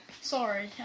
Sorry